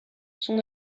son